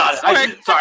sorry